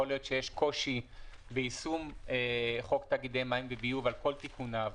יכול להיות שיש קושי ביישום חוק תאגידי מים וביוב על כל תיקוניו.